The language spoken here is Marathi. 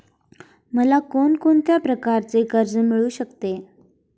मला कोण कोणत्या प्रकारचे कर्ज मिळू शकते?